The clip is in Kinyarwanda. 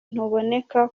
ntuboneka